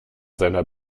seiner